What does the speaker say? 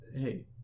hey